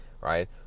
right